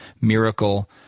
miracle